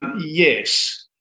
Yes